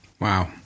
Wow